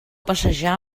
passejar